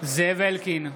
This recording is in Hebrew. זאב אלקין,